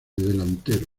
delantero